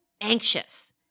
anxious